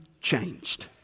changed